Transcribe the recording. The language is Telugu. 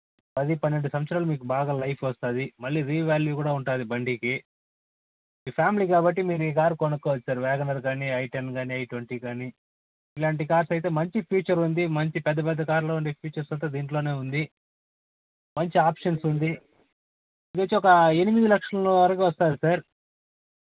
పది పన్నెండు సంవత్సరాలు మీకు బాగ లైఫ్ వస్తుంది మళ్ళీ రీవ్యాల్యూ కూడా ఉంటుంది బండికి మీ ఫ్యామిలీ కాబట్టి మీరు ఈ కారు కొనుక్కోవచ్చు సర్ వ్యాగన్ ఆర్ కానీ ఐ టెన్ కానీ ఐట్వంటీ కానీ ఇలాంటి కార్లయితే మంచి ఫ్యూచర్ ఉంది మంచి పెద్ద పెద్ద కార్లో ఉండే ఫ్యూచర్స్ అంతా దీంట్లోనే ఉంది మంచి ఆప్షన్స్ ఉంది ఇదొచ్చి ఒక ఎనిమిది లక్షల వరకు వస్తుంది సర్